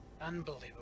Unbelievable